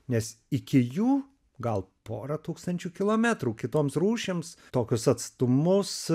nes iki jų gal pora tūkstančių kilometrų kitoms rūšims tokius atstumus